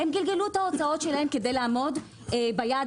הן גלגלו את ההוצאות שלהן כדי לעמוד ביעד